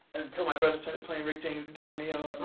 until my brother started playing rick james a cameo